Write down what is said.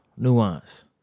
Nuance